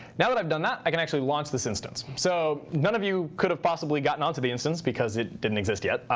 now that i've done that, i can actually launch this instance. so none of you could have possibly gotten onto the instance, because it didn't exist yet,